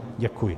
Děkuji.